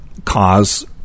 cause